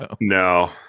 No